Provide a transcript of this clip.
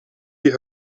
die